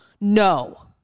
no